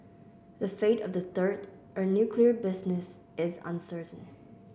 the fate of the third a nuclear business is uncertain